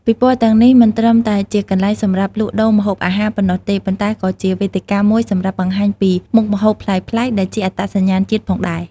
ពិព័រណ៍ទាំងនេះមិនត្រឹមតែជាកន្លែងសម្រាប់លក់ដូរម្ហូបអាហារប៉ុណ្ណោះទេ ប៉ុន្តែក៏ជាវេទិកាមួយសម្រាប់បង្ហាញពីមុខម្ហូបប្លែកៗ ដែលជាអត្តសញ្ញាណជាតិផងដែរ។